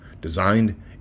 Designed